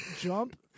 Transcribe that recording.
jump